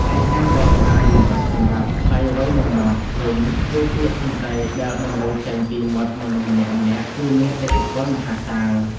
ឯការបកស្រាយលម្អិតសម្រាប់ "ថ្លៃអ្វីនឹងមាត់" វិញ គឺពាក្យសម្ដីដែលបន្លឺចេញពីមាត់មនុស្សម្នាក់ៗ គឺមាន ឥទ្ធិពលមហាសាល។